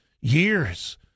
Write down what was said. Years